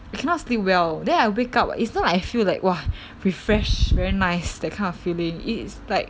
you cannot sleep well then I wake up it's not I feel like !wah! refreshed very nice that kind of feeling it's like